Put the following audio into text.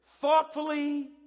thoughtfully